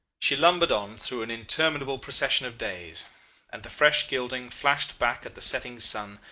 she lumbered on through an interminable procession of days and the fresh gilding flashed back at the setting sun,